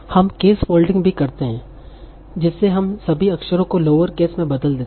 हम case folding भी करते हैं जिससे हम सभी अक्षरों को लोअर केस में बदल देते हैं